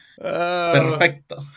Perfecto